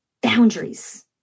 boundaries